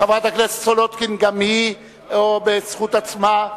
חברת הכנסת מרינה סולודקין, גם היא בזכות עצמה,